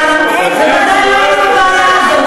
בכלל לא היינו בבעיה הזאת.